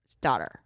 daughter